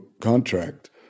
contract